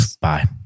bye